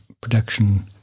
production